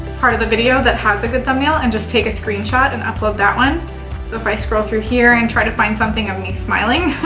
part of the video that has a good thumbnail and just take a screenshot and upload that one. so if i scroll through here and try to find something of me smiling,